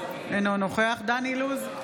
אינו נוכח דן אילוז,